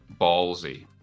ballsy